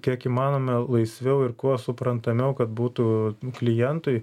kiek įmanome laisviau ir kuo suprantamiau kad būtų klientui